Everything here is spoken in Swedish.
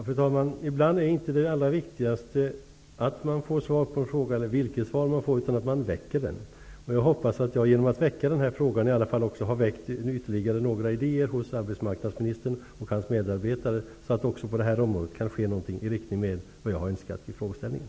Fru talman! Ibland är inte det allra viktigaste att man får svar på en fråga -- eller vilket svar man får -- utan att man väcker den. Jag hoppas att jag genom att väcka den här frågan i alla fall har givit upphov till ytterligare några idéer hos arbetsmarknadsministern och hans medarbetare. Då kan det också på det här området ske någonting i linje med vad jag har önskat i frågeställningen.